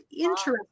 interesting